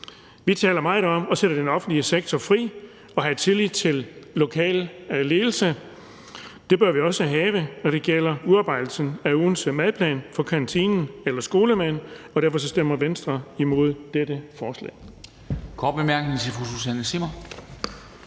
Vi taler meget om at sætte den offentlige sektor fri og om at have tillid til den lokale ledelse. Det bør vi også have, når det gælder udarbejdelsen af ugens madplan for kantinen eller skolemaden, og derfor stemmer Venstre imod dette forslag.